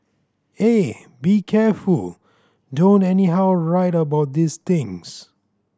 eh be careful don't anyhow write about these things